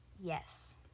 Yes